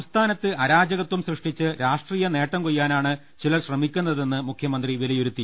സംസ്ഥാ നത്ത് അരാജകത്വം സൃഷ്ടിച്ച് രാഷ്ട്രീയ നേട്ടം കൊയ്യാനാണ് ചിലർ ശ്രമിക്കു ന്നതെന്ന് മുഖ്യമന്ത്രി വിലയിരുത്തി